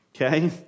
Okay